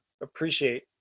appreciate